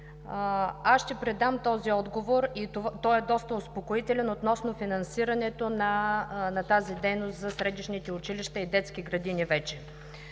Аз ще предам този отговор, той е доста успокоителен относно финансирането на дейността за средищните училища и детски градини.